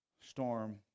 storm